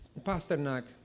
Pasternak